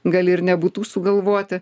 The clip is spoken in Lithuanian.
gali ir nebūtų sugalvoti